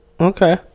okay